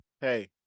Hey